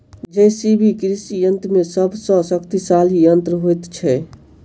JCB कृषि यंत्र मे सभ सॅ शक्तिशाली यंत्र होइत छै